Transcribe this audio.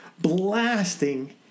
blasting